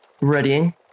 readying